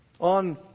on